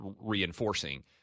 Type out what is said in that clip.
reinforcing